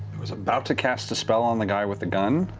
was about to cast a spell on the guy with the gun.